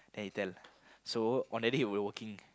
then he tell so on that day we were working